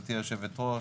גברתי היושבת-ראש,